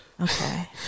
okay